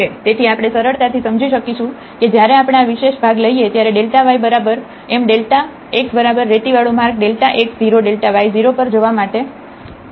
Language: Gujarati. તેથી આપણે સરળતાથી સમજી શકીશું કે જ્યારે આપણે આ વિશેષ ભાગ લઈએ ત્યારે yબરાબર એમ x બરાબર રેતીવાળો માર્ગ x 0y0 પર જવા માટે